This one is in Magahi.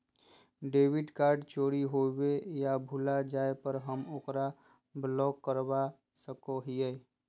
डेबिट कार्ड चोरी होवे या भुला जाय पर हम ओकरा ब्लॉक करवा सको हियै